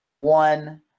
One